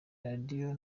radio